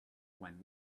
when